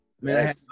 Man